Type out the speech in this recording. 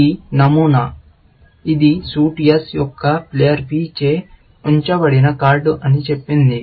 ఇది నమూనా ఇది సూట్ S యొక్క ప్లేయర్ P చే ఉంచబడిన కార్డు అని చెప్పింది